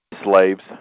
slaves